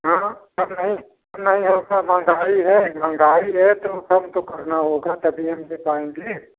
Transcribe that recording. हाँ कम नहीं कम नहीं होगा महंगाई है महंगाई है तो कम तो करना होगा तभी हम ले पाएँगे